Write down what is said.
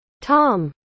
Tom